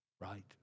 right